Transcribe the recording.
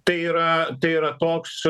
tai yra tai yra toks